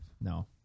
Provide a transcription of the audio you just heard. No